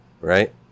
right